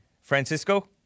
Francisco